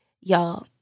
y'all